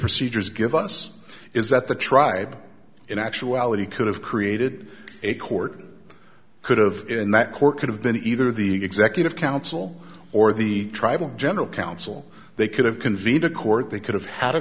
procedures give us is that the tribe in actuality could have created a court could have in that court could have been either the executive council or the tribal general council they could have convened a court they could have had a